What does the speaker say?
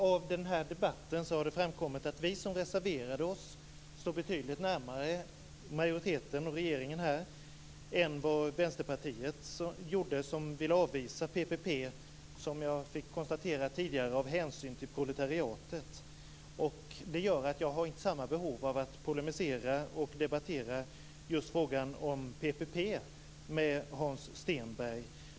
Av den här debatten har det framkommit att vi som reserverade oss står betydligt närmare majoriteten och regeringen här än vad Vänsterpartiet gjorde som ville avvisa PPP, som jag fick konstatera tidigare, av hänsyn till proletariatet. Det gör att jag inte har samma behov av att polemisera och debattera just frågan om PPP med Hans Stenberg.